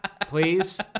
Please